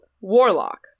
Warlock